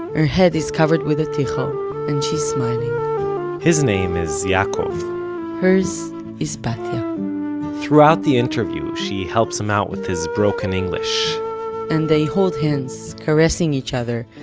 her head is covered with a tichel and she is smiling his name is yaakov her's is batya throughout the interview, she helps him out with his broken english and they hold hands, caressing each other,